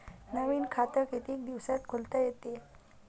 नवीन खात कितीक दिसात खोलता येते?